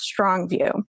Strongview